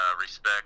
Respect